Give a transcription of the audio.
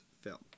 film